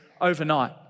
overnight